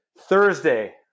Thursday